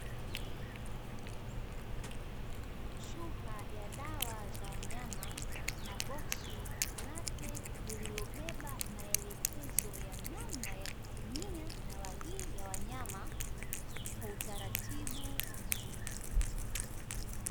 Chupa ya dawa za wanyama, na boksi lake lililobeba maelekezo ya namna ya kutumia dawa hii ya wanyama, kwa utaratibu mzuri.